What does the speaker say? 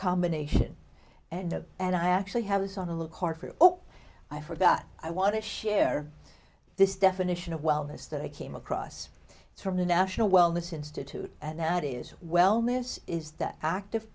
combination and a and i actually have this on the car for oh i forgot i want to share this definition of wellness that i came across it's from the national wellness institute and that is wellness is that active